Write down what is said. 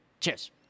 Cheers